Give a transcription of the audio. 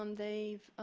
um they've